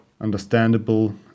understandable